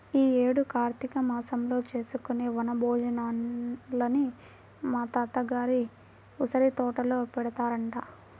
యీ యేడు కార్తీక మాసంలో చేసుకునే వన భోజనాలని మా తాత గారి ఉసిరితోటలో పెడతారంట